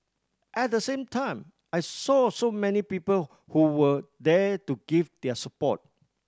at the same time I saw so many people who were there to give their support